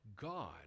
God